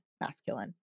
masculine